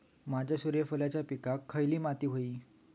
माझ्या सूर्यफुलाच्या पिकाक खयली माती व्हयी?